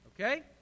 Okay